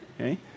Okay